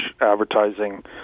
advertising